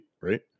right